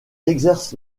exerce